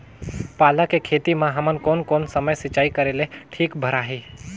पाला के खेती मां हमन कोन कोन समय सिंचाई करेले ठीक भराही?